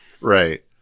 Right